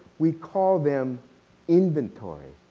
we call them inventory.